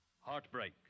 Heartbreak